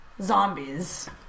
zombies